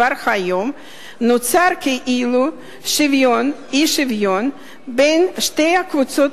כבר היום נוצר כאילו אי-שוויון בין שתי קבוצות